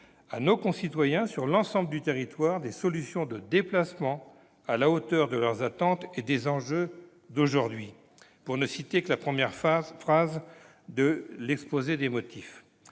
à nos concitoyens, sur l'ensemble du territoire, des solutions de déplacement à la hauteur de leurs attentes et des enjeux d'aujourd'hui », comme l'indique la première phrase de l'exposé des motifs.